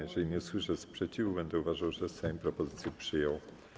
Jeżeli nie usłyszę sprzeciwu, będę uważał, że Sejm propozycję przyjął.